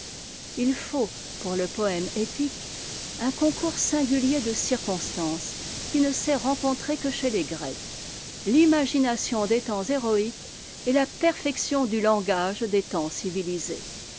i faut pour le poëme épique un concours singulier de circons'tances qui ne s'est rencontré que chez les grecs l'imagination des temps héroïques et la perfection du langage des temps civilisés